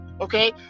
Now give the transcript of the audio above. okay